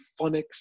phonics